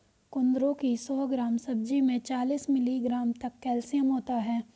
कुंदरू की सौ ग्राम सब्जी में चालीस मिलीग्राम तक कैल्शियम होता है